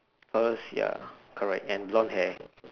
purse ya correct and blonde hair